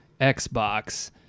Xbox